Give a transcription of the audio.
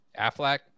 Affleck